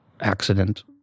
accident